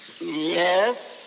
Yes